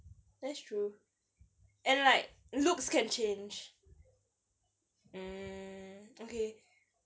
that's true and like looks can change mm okay